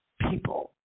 people